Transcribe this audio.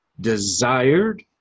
desired